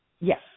Yes